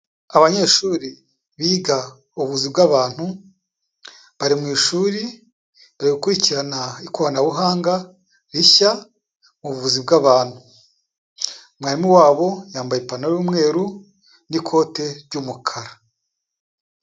Abanyeshuri biga ubuvuzi bw'abantu bari mu ishuri bari gukurikirana ikoranabuhanga rishya mu buvuzi bw'abantu mwarimu wabo yambaye ipantaro y'umweru n'ikote ry'umukara.